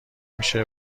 میشه